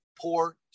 poor